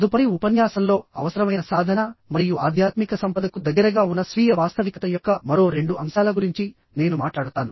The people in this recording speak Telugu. తదుపరి ఉపన్యాసంలో అవసరమైన సాధన మరియు ఆధ్యాత్మిక సంపదకు దగ్గరగా ఉన్న స్వీయ వాస్తవికత యొక్క మరో 2 అంశాల గురించి నేను మాట్లాడతాను